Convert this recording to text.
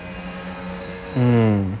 mm